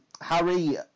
Harry